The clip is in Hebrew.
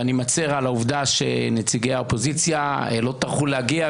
ואני מצר על העובדה שנציגי האופוזיציה לא טרחו להגיע,